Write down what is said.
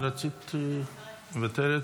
מוותרת.